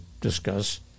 discuss